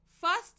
First